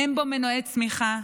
אין בו מנועי צמיחה,